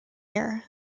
year